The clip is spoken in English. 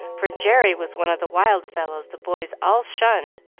for jerry was one of the wild fellows the boys all shunned,